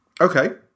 Okay